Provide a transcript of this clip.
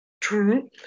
true